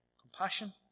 compassion